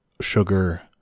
sugar